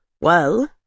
Well